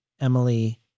Emily